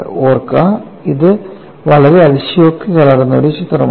ഓർക്കുക ഇത് വളരെ അതിശയോക്തി കലർന്ന ഒരു ചിത്രമാണ്